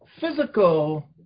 physical